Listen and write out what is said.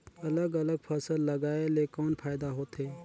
अलग अलग फसल लगाय ले कौन फायदा होथे?